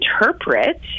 interpret